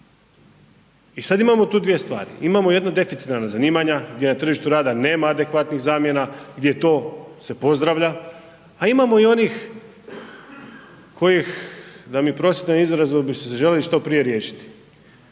I sada imamo tu dvije stvari, imamo deficitarna zanimanja gdje na tržištu rada nema adekvatnih zamjena, gdje se to pozdravlja, a imamo i onih kojih da mi oprostite na izrazu, bi se željeli što prije riješiti.